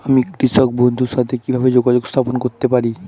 আমি কৃষক বন্ধুর সাথে কিভাবে যোগাযোগ স্থাপন করতে পারি?